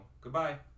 goodbye